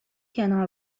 کنار